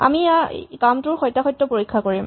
আমি ইয়াৰ কামটোৰ সত্যাসত্য পৰীক্ষা কৰিম